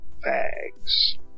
fags